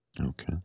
Okay